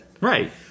right